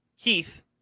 Keith